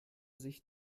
sich